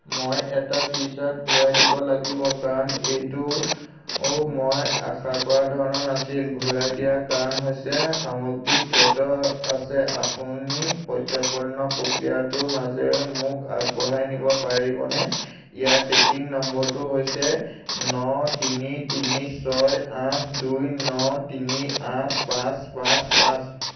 মই এটা T shirt ঘূৰাই দিব লাগিব কাৰণ এইটো মই আশা কৰা ধৰণৰ নাছিল ঘূৰাই দিয়াৰ কাৰণ হৈছে সামগ্ৰীত ক্ষত আছে আপুনি প্ৰত্যৰ্পণ প্ৰক্ৰিয়াটোৰ মাজেৰে মোক আগবঢ়াই নিব পাৰিবনে ইয়াৰ ট্ৰেকিং নম্বৰটো হৈছে ন তিনি তিনি ছয় আঠ দুই ন তিনি আঠ পাঁচ পাঁচ পাঁচ